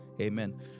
Amen